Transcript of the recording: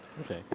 Okay